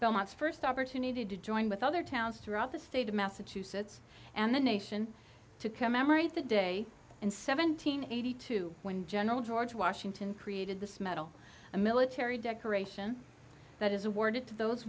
belmont's first opportunity to join with other towns throughout the state of massachusetts and the nation to commemorate the day in seventeen eighty two when general george washington created this medal a military decoration that is awarded to those